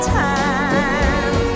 time